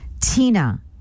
Tina